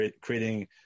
creating